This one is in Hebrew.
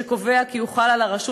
שקובע כי הוא חל על הרשות